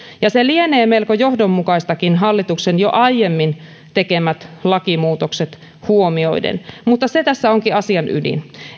se lienee melko johdonmukaistakin hallituksen jo aiemmin tekemät lakimuutokset huomioiden mutta se tässä onkin asian ydin